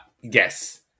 Yes